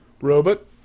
Robot